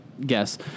Guess